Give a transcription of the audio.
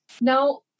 now